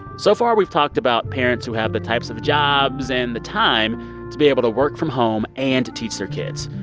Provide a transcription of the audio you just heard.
so far, we've talked about parents who have the types of jobs and the time to be able to work from home and teach their kids,